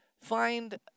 find